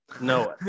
No